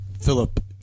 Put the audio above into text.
Philip